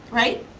right?